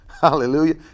Hallelujah